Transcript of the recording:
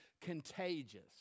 contagious